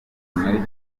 muri